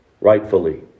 rightfully